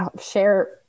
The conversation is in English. share